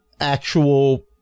actual